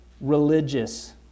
religious